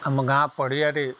ଆମ ଗାଁ ପଡ଼ିଆରେ